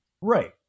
Right